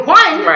one